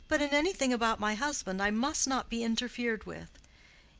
but in anything about my husband i must not be interfered with.